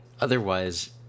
otherwise